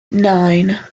nine